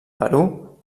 perú